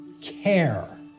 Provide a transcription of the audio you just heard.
Care